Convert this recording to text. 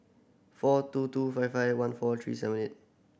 four two two five five one four three seven eight